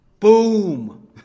boom